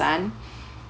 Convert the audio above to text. son